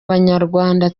abanyarwanda